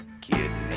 Kids